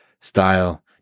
style